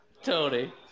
Tony